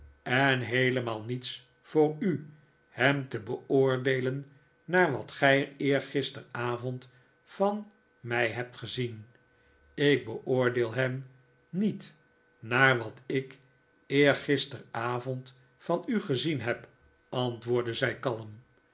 en heelemaal niets voor u hem te beoordeelen naar wat gij eergisteravond van mij hebt gezien ik beoordeel hem niet naar wat ik eergisteravond van u gezien heb antwoordde zij kalm